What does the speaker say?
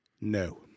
No